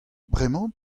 bremañ